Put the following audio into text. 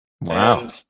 Wow